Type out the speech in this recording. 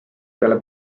peale